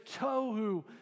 Tohu